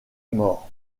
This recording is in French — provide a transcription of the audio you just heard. maur